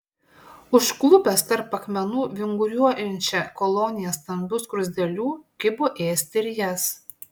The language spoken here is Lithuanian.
užklupęs tarp akmenų vinguriuojančią koloniją stambių skruzdėlių kibo ėsti ir jas